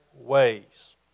ways